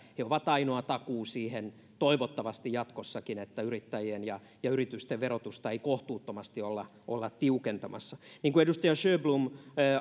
he ovat ainoa takuu siihen toivottavasti jatkossakin että yrittäjien ja ja yritysten verotusta ei kohtuuttomasti olla olla tiukentamassa niin kuin edustaja sjöblom